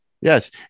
yes